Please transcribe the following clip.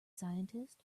scientist